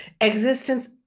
existence